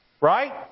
Right